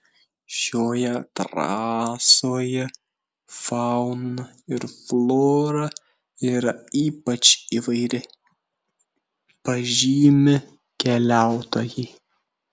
šioje trasoje fauna ir flora yra ypač įvairi pažymi keliautojai